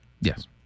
Yes